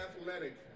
athletic